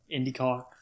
IndyCar